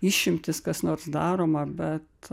išimtys kas nors daroma bet